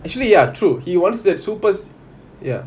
actually ya true he wants that super~ ya